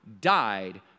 died